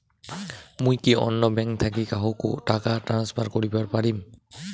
মুই কি অন্য ব্যাঙ্ক থাকি কাহকো টাকা ট্রান্সফার করিবার পারিম?